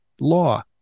law